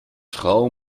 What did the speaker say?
frau